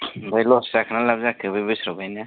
आमफाय लस जाखोना लाभ जाखो बे बोसोराव गायनाया